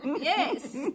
Yes